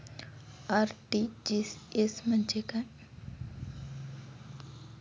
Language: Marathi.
आर.टी.जी.एस म्हणजे काय?